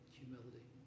humility